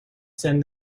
send